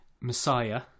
Messiah